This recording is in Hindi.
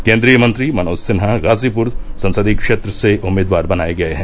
केन्द्रीय मंत्री मनोज सिन्हा गाजीपुर संसदीय क्षेत्र से उम्मीदवार बनाये गये हैं